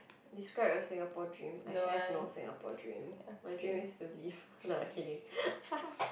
describe your Singapore dream I have no Singapore dream my dream is to leave no lah kidding